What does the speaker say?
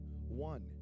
one